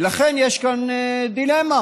ולכן, יש כאן דילמה.